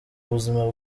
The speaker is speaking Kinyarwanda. buzima